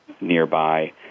nearby